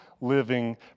living